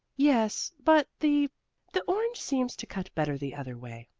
yes, but the the orange seems to cut better the other way,